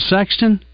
Sexton